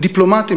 דיפלומטיים,